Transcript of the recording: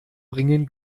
bringen